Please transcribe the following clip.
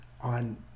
on